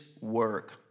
work